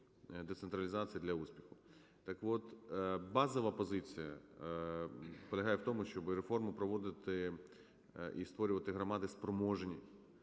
децентралізації для успіху. Так от, базова позиція полягає в тому, щоби реформу проводити і створювати громади спроможні.